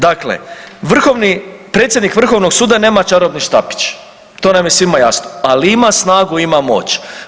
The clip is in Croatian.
Dakle, vrhovni, predsjednik Vrhovnog suda nema čarobni štapić to nam je svima jasno, ali ima snagu, ima moć.